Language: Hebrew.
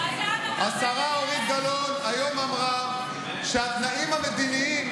השרה אורית גלאון אמרה היום שהתנאים המדיניים